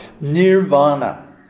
Nirvana